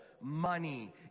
money